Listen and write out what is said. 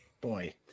Boy